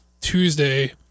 Tuesday